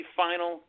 final